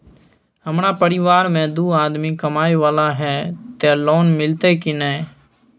हमरा परिवार में दू आदमी कमाए वाला हे ते लोन मिलते की ने?